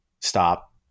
stop